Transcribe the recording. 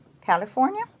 California